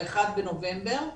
ב-1 בנובמבר,